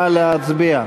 נא להצביע.